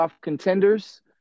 contenders